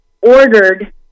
ordered